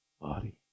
body